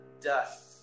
dust